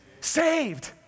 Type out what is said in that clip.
Saved